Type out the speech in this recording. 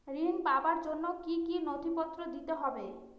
ঋণ পাবার জন্য কি কী নথিপত্র দিতে হবে?